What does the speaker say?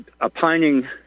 opining